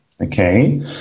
Okay